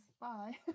Bye